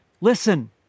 listen